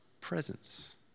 presence